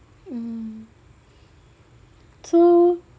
mm so